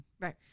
Right